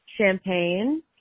champagne